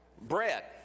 Bread